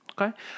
okay